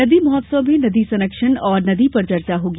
नदी महोत्सव में नदी संरक्षण और नदी पर चर्चा होगी